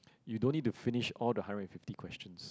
you don't need to finish all the hundred and fifty questions